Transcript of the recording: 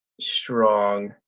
strong